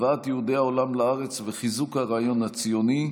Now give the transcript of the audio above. הבאת יהודי העולם לארץ וחיזוק הרעיון הציוני,